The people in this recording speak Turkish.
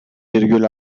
virgül